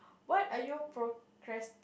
what are you procrasti~